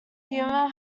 humor